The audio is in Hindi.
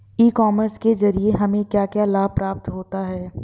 ई कॉमर्स के ज़रिए हमें क्या क्या लाभ प्राप्त होता है?